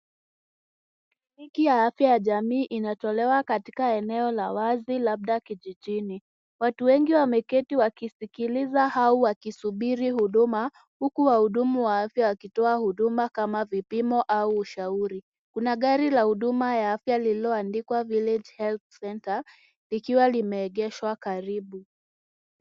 Kliniki ya afya ya jamii inatolewa katika eneo la wazi labda kijijini , watu wengi wameketi labda wakisikiliza au wakisubiri huduma huku wahudumu wa afya wakitoa huduma kama vipimo au ushauri. Kuna gari la huduma ya afya lililoandikwa village health center likiwa lime egeshwa karibu.